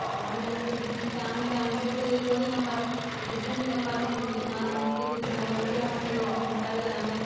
ଆଉ ଆମେ ସେ ଜିନିଷ୍ଟା ଆମେ ସେଥିଲାଗି କରିନପାରୁ ବୁଝିବିନପାରୁ କିନ୍ତୁ କାଣା ହେଉଛି କହିକରି ଆମର ଓଡ଼ିଆ ଭାଷାରେ ଯଦି ହେତା ବେଲେ ଆମେ